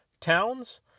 Towns